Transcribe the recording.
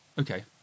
okay